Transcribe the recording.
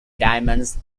diamonds